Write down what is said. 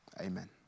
amen